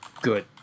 good